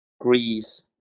Greece